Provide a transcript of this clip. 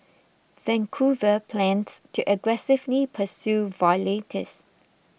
Vancouver plans to aggressively pursue violators